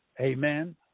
Amen